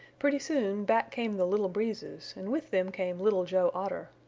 pretty soon back came the little breezes and with them came little joe otter.